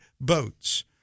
boats